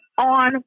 on